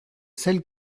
celle